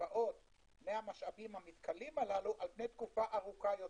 שבאות מהמשאבים המתכלים הללו על פני תקופה ארוכה יותר.